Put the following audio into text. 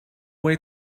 way